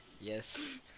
Yes